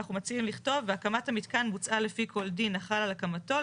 אנחנו מציעים לכתוב: "והקמת המתקן בוצעה לפי כל דין החל על הקמתו,